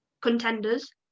contenders